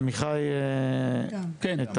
עמיחי עיטם.